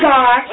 God